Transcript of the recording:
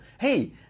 hey